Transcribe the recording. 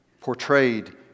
portrayed